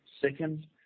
Second